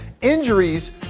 Injuries